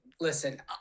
listen